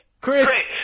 Chris